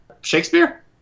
Shakespeare